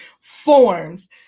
forms